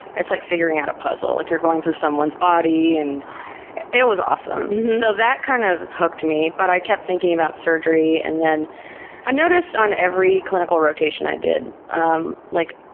it's like figuring out a puzzle, like you're going through someone's body. and it was awesome. so that kind of hooked me. but i kept thinking about surgery and then i noticed on every clinical rotation i did, um like,